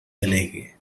delegue